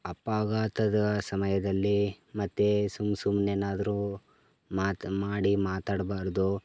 ಅಪಘಾತದ ಸಮಯದಲ್ಲಿ ಮತ್ತು ಸುಮ್ ಸುಮ್ನೆನಾದರೂ ಮಾತು ಮಾಡಿ ಮಾತಾಡ್ಬಾರದು